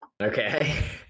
okay